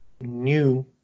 new